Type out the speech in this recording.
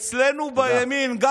אצלנו בימין, תודה.